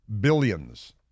billions